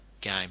game